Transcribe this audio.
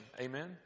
Amen